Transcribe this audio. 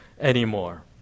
anymore